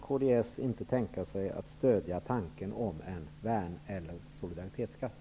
Varför kan kds inte stödja tanken på en värnellersolidaritetsskatt?